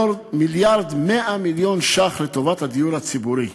1.1 מיליארד ש"ח לטובת הדיור הציבורי,